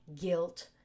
guilt